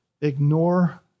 Ignore